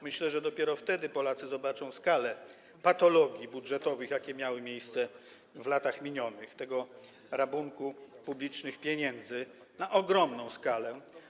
Myślę, że dopiero wtedy Polacy zobaczą skalę patologii budżetowych, jakie miały miejsce w latach minionych, ten rabunek publicznych pieniędzy na ogromną skalę.